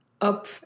up